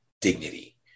dignity